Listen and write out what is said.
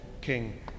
King